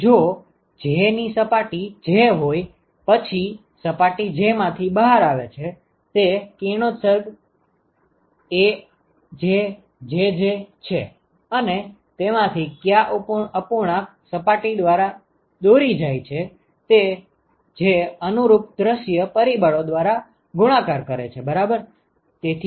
તેથી જો j ની સપાટી j હોય પછી સપાટી j માંથી બહાર આવે છે તે કિરણોત્સર્ગ AjJj છે અને તેમાંથી કયા અપૂર્ણાંક સપાટી દ્વારા દોરી જાય છે જે અનુરૂપ દૃશ્ય પરિબળો દ્વારા ગુણાકાર કરે છે બરાબર